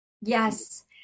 Yes